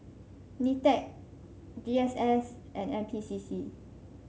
Nitec G S S and N P C C